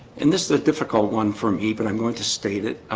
and this is a difficult one for me, but i'm going to state it